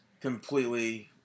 Completely